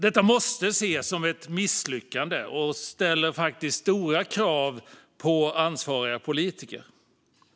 Detta måste ses som ett misslyckande och ställer stora krav på ansvariga politiker.